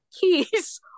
keys